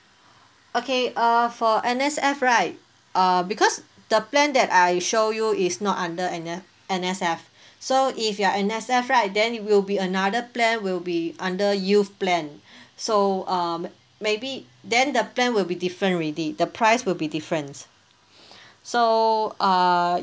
okay err for N_S_F right err because the plan that I show you is not under N F N_S_F so if you're N_S_F right then will be another plan will be under youth plan so um maybe then the plan will be different already the price will be different so err